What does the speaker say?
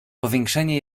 powiększenie